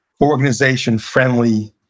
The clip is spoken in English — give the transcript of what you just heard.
organization-friendly